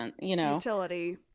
Utility